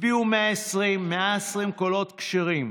הצביעו 120. 120 קולות כשרים.